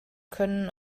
können